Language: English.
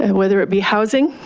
and whether it be housing,